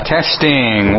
Testing